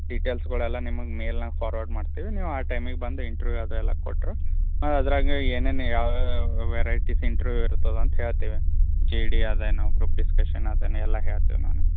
ಡಿಟೇಲ್ಸ್ಗಳೆಲ್ಲ ನಿಮಗೆ ಮೇಲ್ನಾಗ್ ಫಾರ್ವಡ್ ಮಾಡ್ತೀವಿ ನೀವು ಆ ಟೈಮಿಗೆ ಬಂದು ಇಂಟರ್ವ್ಯೂವ್ ಅದೆಲ್ಲ ಕೊಟ್ರೆ ಅದ್ರಾಗ ಏನೇನು ಯಾವ್ಯವ ವೆರೈಟಿಸ್ ಇಂಟರ್ವ್ಯೂವ್ ಇರ್ತದೆ ಅಂತ ಹೇಳ್ತಿವಿ ಜೀ ಡಿ ಅದೇನೋ ಗ್ರೂಪ್ ಡಿಸ್ಕಷನ್ ಅದ ಎಲ್ಲ ಹೇಳ್ತಿವಿ ನಾವು ನಿಮ್ಗೆ